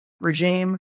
regime